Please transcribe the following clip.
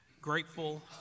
grateful